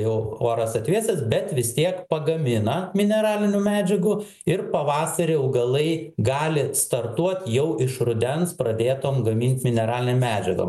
jau oras atvėsęs bet vis tiek pagamina mineralinių medžiagų ir pavasarį augalai gali startuot jau iš rudens pradėtom gamint mineralinėm medžiagom